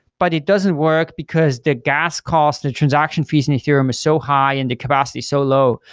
but it doesn't work because the gas cost, the transaction fees in ethereum is so high and the capacity so low.